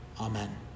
Amen